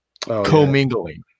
co-mingling